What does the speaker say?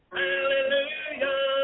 hallelujah